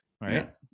right